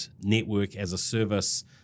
network-as-a-service